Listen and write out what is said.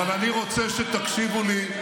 אבל אני רוצה שתקשיבו לי.